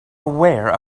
aware